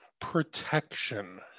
protection